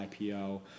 IPO